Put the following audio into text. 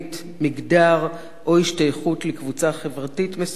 מגדר או השתייכות לקבוצה חברתית מסוימת,